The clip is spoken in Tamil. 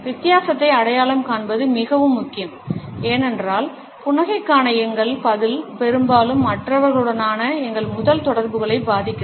வித்தியாசத்தை அடையாளம் காண்பது மிகவும் முக்கியம் ஏனென்றால் புன்னகைக்கான எங்கள் பதில் பெரும்பாலும் மற்றவர்களுடனான எங்கள் முதல் தொடர்புகளை பாதிக்கிறது